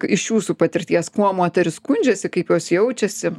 iš jūsų patirties kuo moterys skundžiasi kaip jos jaučiasi